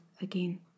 again